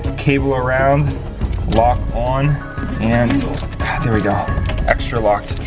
cable around, and lock on and there we go extra locked,